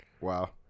Wow